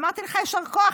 אמרתי לך יישר כוח,